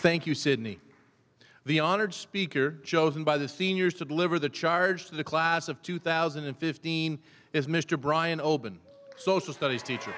thank you sydney the honored speaker chosen by the seniors to deliver the charge to the class of two thousand and fifteen is mr bryan open social studies teacher